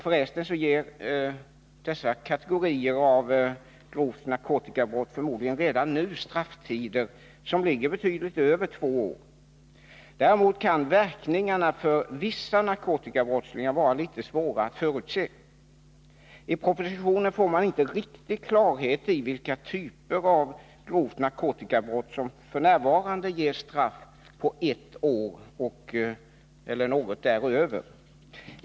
För resten gäller väl för dessa kategorier av grovt narkotikabrott redan nu strafftider som ligger betydligt över två år. Däremot kan verkningarna av straffet för vissa narkotikabrottslingar vara litet svåra att förutse. När man läser propositionen får man inte riktigt klarhet i vilka typer av grovt narkotikabrott som f. n. föranleder straff på ett år eller något däröver.